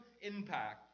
impact